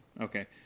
Okay